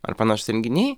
ar panašūs renginiai